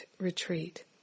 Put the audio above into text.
retreat